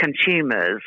consumers